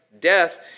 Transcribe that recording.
death